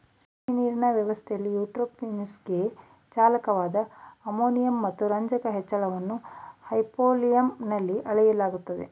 ಸಿಹಿನೀರಿನ ವ್ಯವಸ್ಥೆಲಿ ಯೂಟ್ರೋಫಿಕೇಶನ್ಗೆ ಚಾಲಕವಾದ ಅಮೋನಿಯಂ ಮತ್ತು ರಂಜಕದ ಹೆಚ್ಚಳವನ್ನು ಹೈಪೋಲಿಯಂನಲ್ಲಿ ಅಳೆಯಲಾಗ್ತದೆ